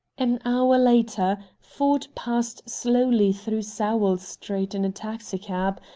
an hour later ford passed slowly through sowell street in a taxicab,